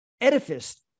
edifice